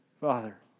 Father